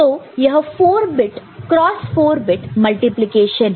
तो यह 4 bit cross 4 bit multiplication है